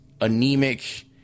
anemic